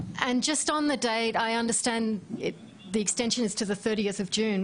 אני מבינה את ההארכה עד ה-30 ליוני,